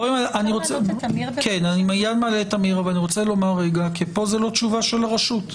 חברים, פה זה לא תשובה של הרשות,